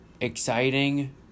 exciting